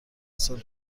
سال